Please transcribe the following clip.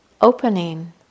Opening